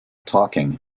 talking